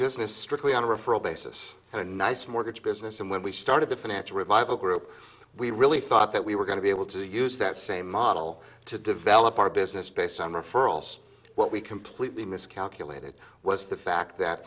business strictly on a referral basis and a nice mortgage business and when we started the financial revival group we really thought that we were going to be able to use that same model to develop our business based on referrals what we completely miscalculated was the fact that